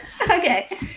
Okay